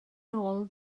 nôl